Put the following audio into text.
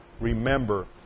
remember